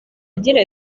agira